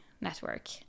network